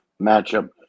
matchup